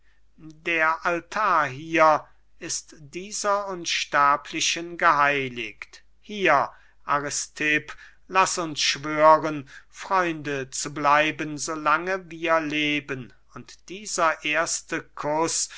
der altar hier ist dieser unsterblichen geheiligt hier aristipp laß uns schwören freunde zu bleiben so lange wir leben und dieser erste kuß